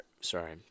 Sorry